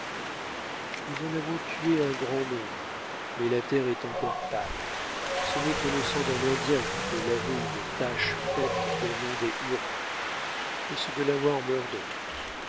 nous en avons tué un grand nombre mais la terre est encore pâle ce n'est que le sang d'un indien qui peut laver une tache faite au nom des hurons que ce delaware meure donc